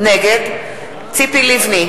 נגד ציפי לבני,